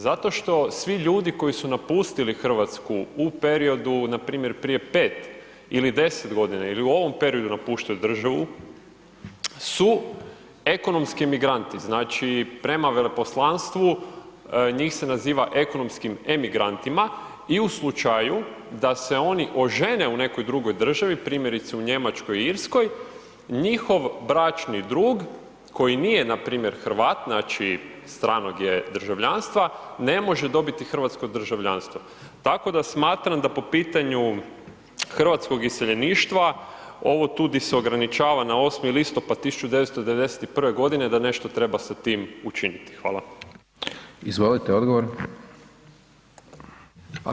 Zato što svi ljudi koji su napustili Hrvatsku u periodu npr. prije 5 ili 10 godina ili u ovom periodu napuštaju državu su ekonomski migranti, znači prema veleposlanstvu, njih se naziva ekonomskim emigrantima i u slučaju da se oni ožene u nekoj drugoj državi, primjerice u Njemačkoj i Irskoj, njihov bračni drug koji nije npr. Hrvat, znači stranog je državljanstva, ne može dobiti hrvatsko državljanstvo, tako da smatram da po pitanju hrvatskog iseljeništva, ovo tu di se ograničava na 8. listopad 1991. godine, da nešto treba sa tim učiniti.